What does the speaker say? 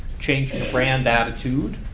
changing a brand attitude,